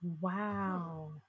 Wow